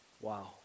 Wow